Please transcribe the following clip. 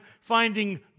finding